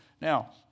Now